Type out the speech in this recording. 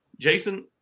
Jason